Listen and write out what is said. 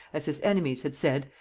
as his enemies had said,